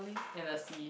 in the sea